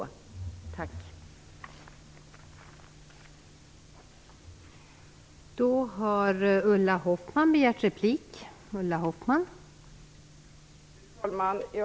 Tack.